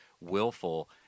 willful